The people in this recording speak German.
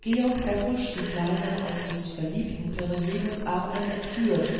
george pepusch die kleine aus des verliebten peregrinus armen entführt